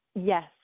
Yes